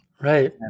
Right